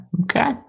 Okay